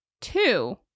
Two